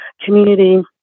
community